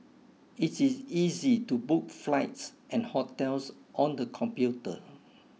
it is easy to book flights and hotels on the computer